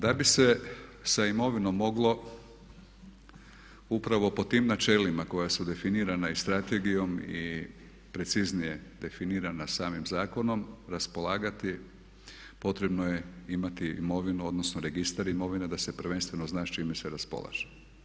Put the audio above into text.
Da bi se sa imovinom moglo upravo po tim načelima koja su definira i strategijom i preciznije definirana samim zakonom raspolagati potrebno je imati imovinu, odnosno registar imovine da se prvenstveno zna s čime se raspolaže.